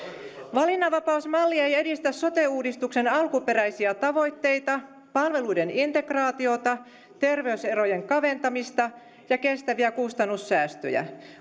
valinnanvapausmalli ei edistä sote uudistuksen alkuperäisiä tavoitteita palveluiden integraatiota terveyserojen kaventamista ja kestäviä kustannussäästöjä